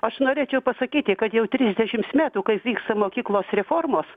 aš norėčiau pasakyti kad jau trisdešims metų kaip vyksta mokyklos reformos